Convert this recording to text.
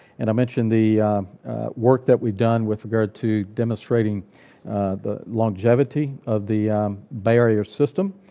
and i mentioned the work that we'd done with regard to demonstrating the longevity of the barrier system.